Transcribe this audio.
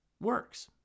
works